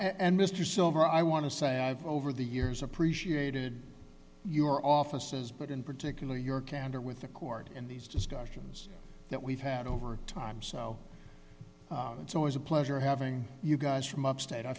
appeal and mr silver i want to say i have over the years appreciated your offices but in particular your candor with the court in these discussions that we've had over time so it's always a pleasure having you guys from upstate i